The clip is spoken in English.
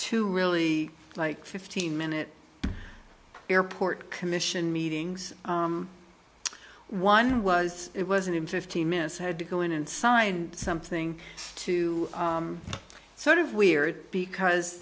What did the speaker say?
to really like fifteen minute airport commission meetings one was it wasn't in fifteen minutes had to go in and sign something to sort of weird because